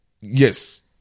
yes